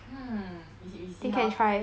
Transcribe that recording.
hmm we we see how